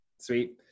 Sweet